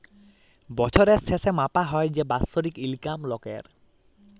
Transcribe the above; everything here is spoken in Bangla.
বছরের শেসে মাপা হ্যয় যে বাৎসরিক ইলকাম লকের